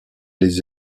les